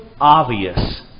obvious